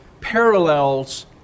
parallels